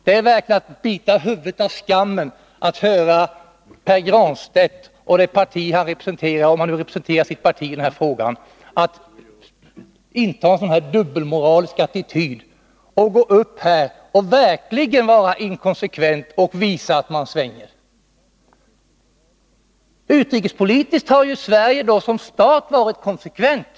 Det är verkligen att bita huvudet av skammen när Pär Granstedt och det parti han representerar — om han nu representerar sitt parti i den här frågan — nu står upp och talar för motsatsen. Det är verkligen att vara inkonsekvent och svänga. Pär Granstedt intar här en dubbelmoralisk attityd. Utrikespolitiskt har Sverige som stat varit konsekvent.